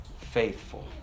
faithful